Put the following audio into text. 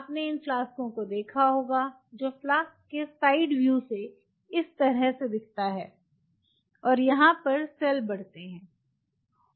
आपने इन फ्लास्क को देखा होगा जो फ्लास्क के साइड व्यू से इस तरह दिखता है और यहाँ पर सेल बढ़ते हैं